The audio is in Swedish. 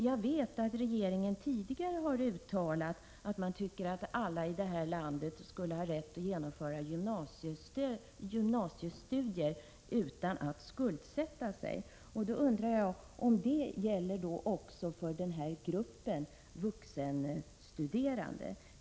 Jag vet att regeringen tidigare har uttalat att man anser att alla i vårt land borde ha rätt att genomföra gymnasiestudier utan att skuldsätta sig. Nu undrar jag om detta gäller också för denna grupp vuxenstuderande.